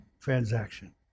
transaction